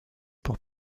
pour